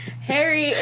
Harry